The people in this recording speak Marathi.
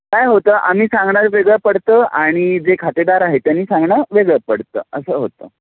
काय होतं आम्ही सांगणार वेगळं पडतं आणि जे खातेदार आहे त्यांनी सांगणं वेगळं पडतं असं होतं